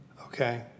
Okay